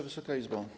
Wysoka Izbo!